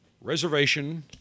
reservation